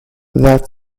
that